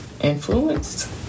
influenced